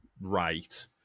right